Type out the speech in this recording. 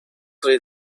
read